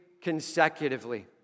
consecutively